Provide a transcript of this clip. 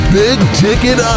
big-ticket